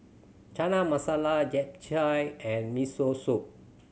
Chana Masala Japchae and Miso Soup